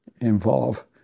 involve